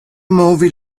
movi